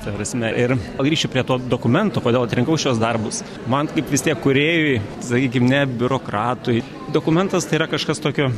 ta prasme ir grįšiu prie to dokumento kodėl atrinkau šiuos darbus man kaip vis tiek kūrėjui sakykim ne biurokratui dokumentas tai yra kažkas tokio